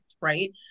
right